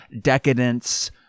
decadence